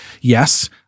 Yes